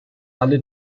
alle